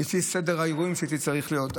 לפי סדר האירועים שבהם הייתי צריך להיות.